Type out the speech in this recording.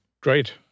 Great